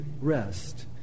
rest